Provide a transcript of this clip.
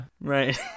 right